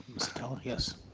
ms. gallagher, yes?